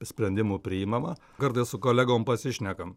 sprendimų priimama kartais su kolegom pasišnekam